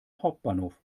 hauptbahnhof